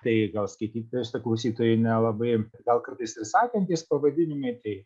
tai gal skaitytojus klausytojai nelabai gal kartais ir sakantys pavadinimai tai